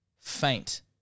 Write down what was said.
Faint